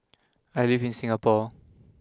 I live in Singapore